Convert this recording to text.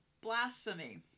blasphemy